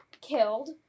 killed